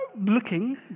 looking